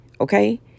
okay